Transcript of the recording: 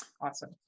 Awesome